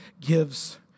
gives